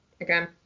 again